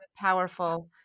powerful